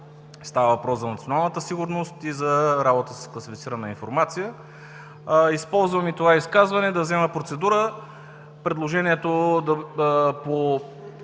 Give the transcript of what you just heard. Става въпрос за националната сигурност и за работа с класифицирана информация. Използвам това изказване, да взема процедура предложението по